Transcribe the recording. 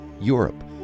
Europe